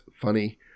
funny